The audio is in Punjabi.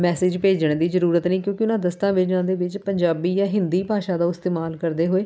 ਮੈਸਜ ਭੇਜਣ ਦੀ ਜ਼ਰੂਰਤ ਨਹੀਂ ਕਿਉਂਕਿ ਉਹਨਾਂ ਦਸਤਾਵੇਜ਼ਾਂ ਦੇ ਵਿਚ ਪੰਜਾਬੀ ਜਾਂ ਹਿੰਦੀ ਭਾਸ਼ਾ ਦਾ ਇਸਤੇਮਾਲ ਕਰਦੇ ਹੋਏ